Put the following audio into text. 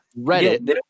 Reddit